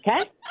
Okay